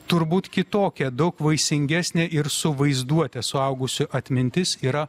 turbūt kitokia daug vaisingesnė ir su vaizduote suaugusi atmintis yra